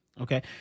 Okay